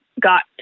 got